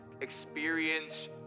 experience